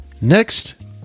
Next